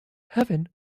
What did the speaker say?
heaven